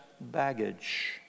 baggage